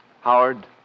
Howard